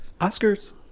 Oscars